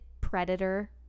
Predator